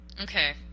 Okay